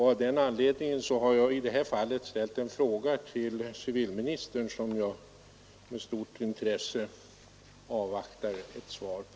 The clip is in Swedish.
Av den anledningen har jag i det här fallet till civilministern ställt en fråga som jag med stort intresse avvaktar ett svar på.